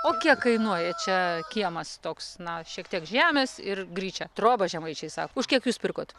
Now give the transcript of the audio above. o kiek kainuoja čia kiemas toks na šiek tiek žemės ir gryčią trobą žemaičiai sako už kiek jūs pirkot